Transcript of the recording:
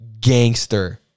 gangster